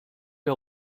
der